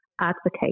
advocate